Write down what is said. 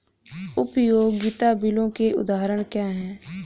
उपयोगिता बिलों के उदाहरण क्या हैं?